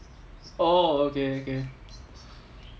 oh okay okay